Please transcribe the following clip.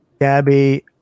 Gabby